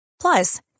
plus